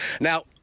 Now